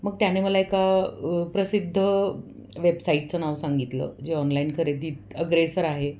मग त्याने मला एका प्रसिद्ध वेबसाईटचं नाव सांगितलं जे ऑनलाईन खरेदीत अग्रेसर आहे